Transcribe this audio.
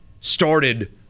started